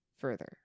further